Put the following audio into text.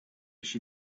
she